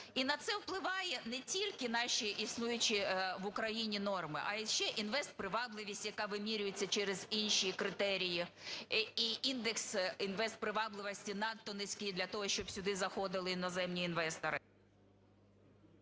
І на це впливає не тільки наші існуючі в Україні норми, а ще і інвестпривабливість, яка вимірюється через інші критерії, і індекс інвестпривабливості надто низький для того, щоб сюди заходили іноземні інвестори…